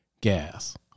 gas